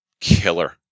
killer